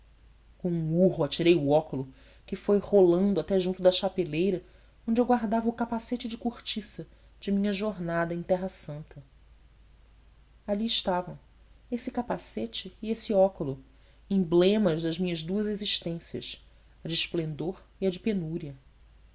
um urro atirei o óculo que foi rolando até junto da chapeleira onde eu guardava o capacete de cortiça da minha jornada em terra santa ali estavam esse capacete e esse óculo emblemas das minhas duas existências a de esplendor e a de penúria